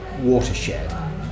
watershed